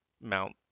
mount